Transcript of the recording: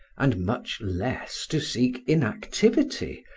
and much less to seek inactivity,